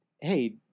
Hey